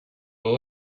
will